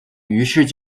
于是